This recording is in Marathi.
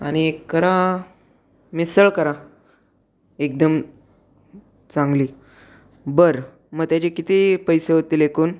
आणि एक करा मिसळ करा एकदम चांगली बरं मग त्याचे किती पैसे होतील एकूण